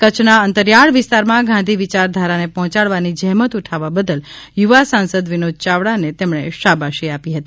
કચ્છના અંતરિયાળ વિસ્તારમાં ગાંધી વિયારધારાને પહોંચાડવાની જ્રેમત ઉઠાવવા બદલ યૂવા સાંસદ વિનોદ ચાવડાને તેમણે શાબાશી આપી હતી